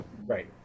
Right